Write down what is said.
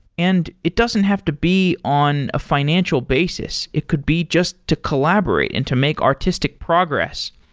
and it doesn't have to be on a financial basis. it could be just to collaborate and to make artistic progress.